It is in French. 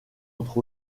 entre